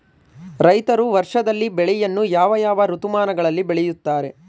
ರೈತರು ವರ್ಷದಲ್ಲಿ ಬೆಳೆಯನ್ನು ಯಾವ ಯಾವ ಋತುಮಾನಗಳಲ್ಲಿ ಬೆಳೆಯುತ್ತಾರೆ?